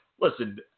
Listen